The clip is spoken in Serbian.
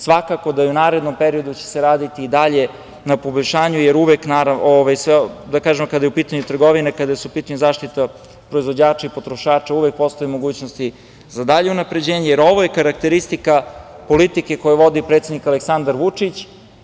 Svakako da i u narednom periodu će se raditi i dalje na poboljšanju, jer uvek, kada je u pitanju trgovina i kada je u pitanju zaštita potrošača i proizvođača, uvek postoji mogućnosti za dalje unapređenje, jer ovo je karakteristika politike koju vodi predsednik Aleksandar Vučić.